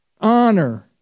Honor